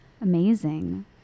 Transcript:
Amazing